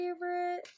favorite